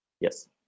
Yes